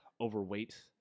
overweight